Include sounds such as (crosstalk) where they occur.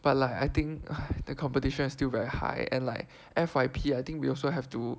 but like I think (breath) the competition is still very high and like F_Y_P I think we also have to